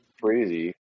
Crazy